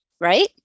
right